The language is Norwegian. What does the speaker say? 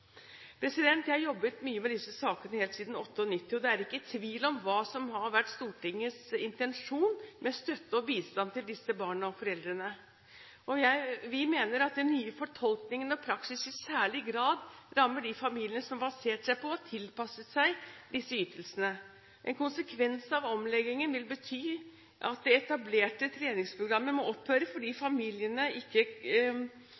Jeg har jobbet mye med disse sakene helt siden 1998. Det er ikke tvil om hva som har vært Stortingets intensjon med støtte og bistand til disse barna og foreldrene. Vi mener at den nye fortolkningen og praksisen i særlig grad rammer de familiene som har basert seg på og tilpasset seg disse ytelsene. En konsekvens av omleggingen vil bety at det etablerte treningsprogrammet må opphøre, fordi de